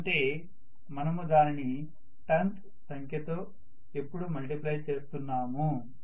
ఎందుకంటే మనము దానిని టర్న్స్ సంఖ్యతో ఎప్పుడూ మల్టిప్లై చేస్తున్నాము